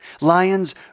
Lions